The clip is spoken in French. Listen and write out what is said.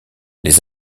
les